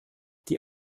die